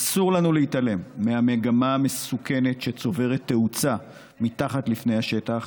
אסור לנו להתעלם מהמגמה המסוכנת שצוברת תאוצה מתחת לפני השטח,